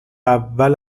اول